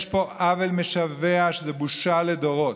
יש פה עוול משווע שזה בושה לדורות,